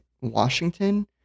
Washington